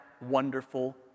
wonderful